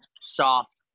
soft